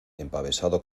empavesado